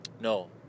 No